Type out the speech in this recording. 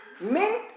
mint